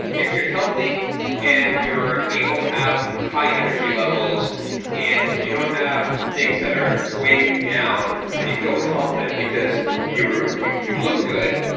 if you're healthy and you're able to have high energy levels and you don't have things that are weighing you down and you feel confident because you you look good,